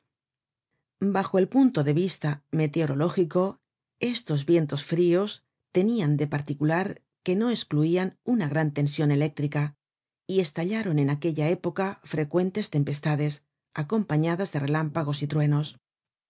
bajo el punto de vista meteorológico estos vientos frios tenian de particular que no escluian una gran tension eléctrica y estallaron en aquella época frecuentes tempestades acompañadas de relámpagos y truenos